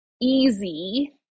easy